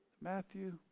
Matthew